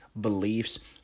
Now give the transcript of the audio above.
beliefs